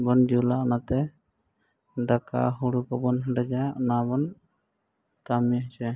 ᱵᱚᱱ ᱡᱩᱞᱟ ᱚᱱᱟᱛᱮ ᱫᱟᱠᱟ ᱦᱩᱲᱩ ᱠᱚᱵᱚᱱ ᱦᱮᱰᱮᱡᱟ ᱚᱱᱟ ᱵᱚᱱ ᱠᱟᱹᱢᱤ ᱦᱚᱪᱚᱭᱟ